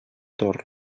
torna